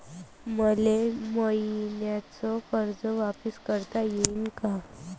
मले मईन्याचं कर्ज वापिस करता येईन का?